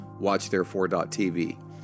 watchtherefore.tv